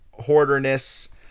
hoarderness